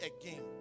again